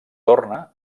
torna